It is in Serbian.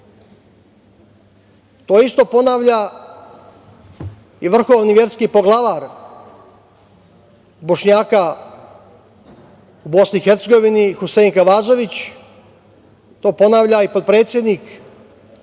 To isto ponavlja i vrhovni verski poglavar Bošnjaka u BiH, Husein Kavazović, to ponavlja i potpredsednik Republike